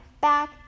back